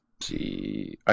see